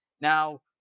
Now